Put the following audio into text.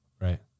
right